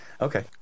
Okay